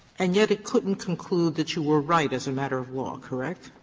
and yet it couldn't conclude that you were right as a matter of law, correct?